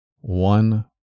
one